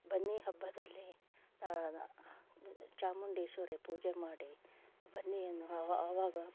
ಬನ್ನಿ ಹಬ್ಬದಲ್ಲಿ ಚಾಮುಂಡೇಶ್ವರಿ ಪೂಜೆ ಮಾಡಿ ಬನ್ನಿಯನ್ನು ಅವ ಅವಾಗ